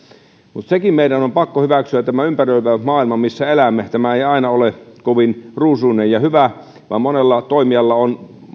mutta sekin meidän on on pakko hyväksyä että tämä ympäröivä maailma missä elämme ei aina ole kovin ruusuinen ja hyvä vaan monella toimijalla on